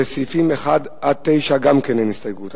ולסעיפים 1 9 גם אין הסתייגות.